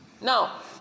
Now